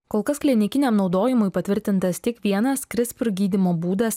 kol kas klinikiniam naudojimui patvirtintas tik vienas krispr gydymo būdas